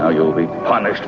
oh you'll be punished